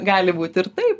gali būti ir taip